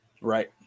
Right